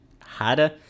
harder